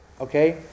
okay